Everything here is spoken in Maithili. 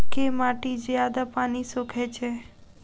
केँ माटि जियादा पानि सोखय छै?